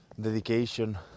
dedication